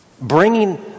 Bringing